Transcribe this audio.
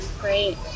Great